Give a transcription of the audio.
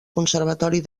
conservatori